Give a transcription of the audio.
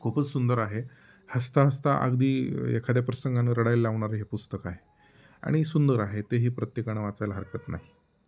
खूपच सुंदर आहे हसता हसता अगदी एखाद्या प्रसंगानं रडायला लावणारं हे पुस्तक आहे आणि सुंदर आहे तेही प्रत्येकानं वाचायला हरकत नाही